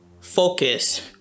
focus